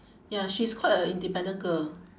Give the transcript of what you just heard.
ya she's quite a independent girl